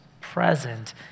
present